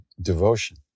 devotion